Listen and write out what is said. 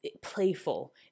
playful